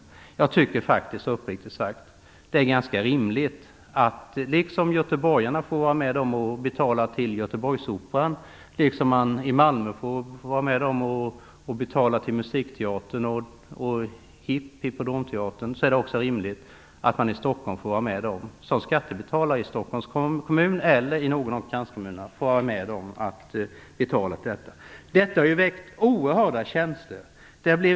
Jag tycker uppriktigt sagt att det är ganska rimligt att också skattebetalarna i Stockholms kommun eller i någon av kranskommunerna får vara med och betala till detta liksom göteborgarna får vara med och betala till Göteborgsoperan, liksom man i Malmö får vara med och betala till Detta har väckt oerhörda känslor.